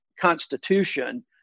constitution